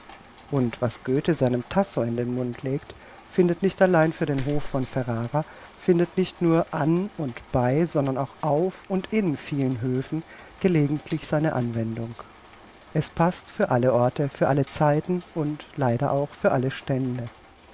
und was göthe seinem tasso in den mund legt findet nicht allein für den hof von ferrara findet nicht nur an und bei sondern auch auf und in vielen höfen gelegentlich seine anwendung es paßt für alle orte für alle zeiten und leider auch für alle stände